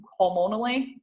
hormonally